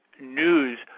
News